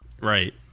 Right